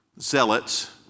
zealots